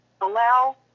allow